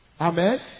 Amen